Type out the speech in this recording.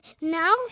Now